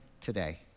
today